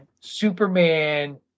Superman